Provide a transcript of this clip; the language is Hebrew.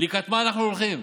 לקראת מה אנחנו הולכים.